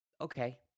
Okay